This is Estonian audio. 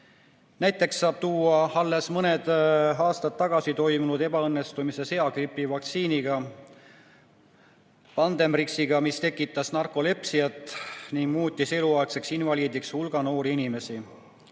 Näiteks saab tuua alles mõned aastad tagasi toimunud ebaõnnestumise seagripivaktsiiniga Pandemrix, mis tekitas narkolepsiat ja muutis eluaegseks invaliidiks hulga noori inimesi.